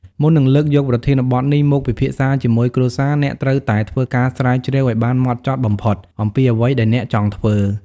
មុននឹងលើកយកប្រធានបទនេះមកពិភាក្សាជាមួយគ្រួសារ អ្នកត្រូវតែ ធ្វើការស្រាវជ្រាវឲ្យបានហ្មត់ចត់បំផុត អំពីអ្វីដែលអ្នកចង់ធ្វើ។